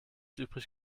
übrig